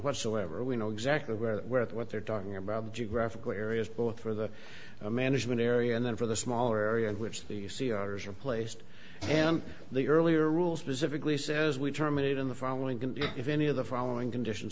whatsoever we know exactly where we're at what they're talking about geographical areas both for the management area and then for the smaller area in which the you see orders are placed and the earlier rules pacifically says we terminate in the following if any of the following condition